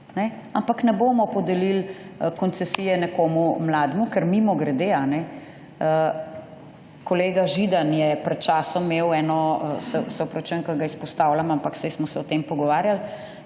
Ampak ne bomo podelili koncesije nekomu mlademu, ker mimogrede, kolega Židan je pred časom imel eno, se opravičujem, ker ga izpostavljam, ampak saj smo se o tem pogovarjali,